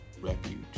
refuge